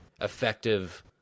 effective